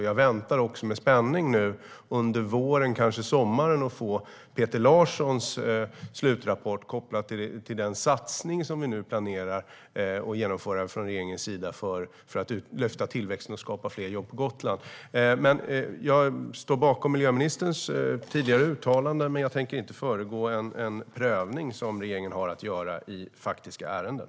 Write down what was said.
Jag väntar också med spänning på att under våren eller kanske sommaren få Peter Larssons slutrapport, kopplad till den satsning vi planerar att genomföra från regeringens sida för att öka tillväxten och skapa fler jobb på Gotland. Jag står alltså bakom miljöministerns tidigare uttalanden, men jag tänker inte föregå en prövning som regeringen har att göra i faktiska ärenden.